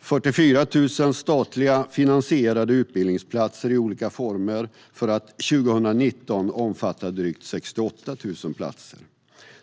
44 000 statligt finansierade utbildningsplatser i olika former. Detta ska 2019 omfatta drygt 68 000 platser.